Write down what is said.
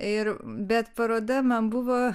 ir bet paroda man buvo